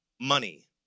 money